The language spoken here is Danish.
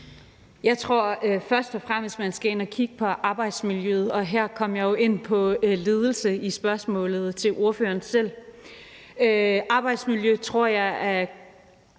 Jeg tror først og fremmest, at man skal ind at kigge på arbejdsmiljøet, og her kom jeg jo ind på ledelse i spørgsmålet til ordføreren selv. Arbejdsmiljøet tror jeg er